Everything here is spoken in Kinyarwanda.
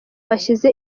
bashyize